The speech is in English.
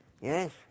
Yes